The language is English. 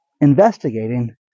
investigating